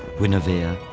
guinevere,